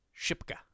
Shipka